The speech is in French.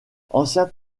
ancien